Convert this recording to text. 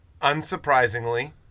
Unsurprisingly